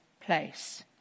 place